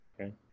Okay